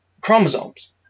chromosomes